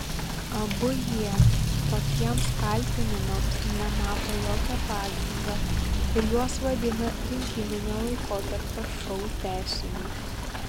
abu jie tokiems kaltinimams nemato jokio pagrindo ir juos vadina rinkiminio laikotarpio šou tęsiniu